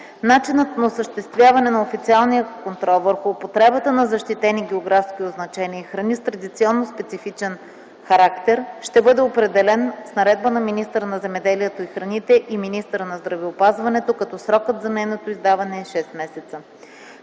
Начинът на осъществяване на официалния контрол върху употребата на защитени географски означения и храни с традиционно специфичен характер ще бъде определен с наредба на министъра на земеделието и храните и министъра на здравеопазването, като срокът за нейното издаване е 6 месеца.